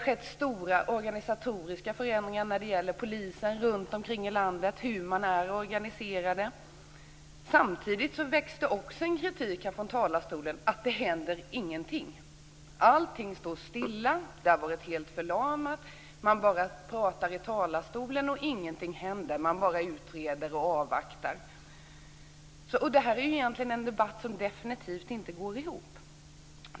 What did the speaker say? Polisorganisationen runtom i landet har genomgått stora organisatoriska förändringar. Samtidigt väcks kritik från talarstolen mot att ingenting händer. Det sägs att allting står stilla. Det har varit helt förlamat. Man bara pratar i talarstolen och ingenting händer. Man bara utreder och avvaktar. Det har förvånat mig, för detta är synpunkter som definitivt inte går ihop.